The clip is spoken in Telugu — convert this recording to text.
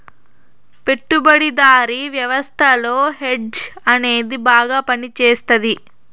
పెట్టుబడిదారీ వ్యవస్థలో హెడ్జ్ అనేది బాగా పనిచేస్తది